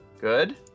Good